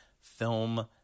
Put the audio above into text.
film